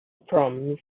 proms